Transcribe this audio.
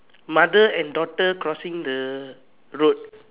mother and daughter crossing the road